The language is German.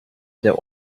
der